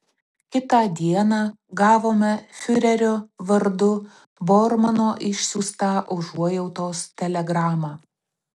kitą dieną gavome fiurerio vardu bormano išsiųstą užuojautos telegramą